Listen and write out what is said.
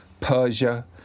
Persia